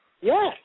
Yes